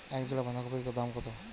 এক জোড়া বাঁধাকপির দাম কত?